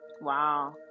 Wow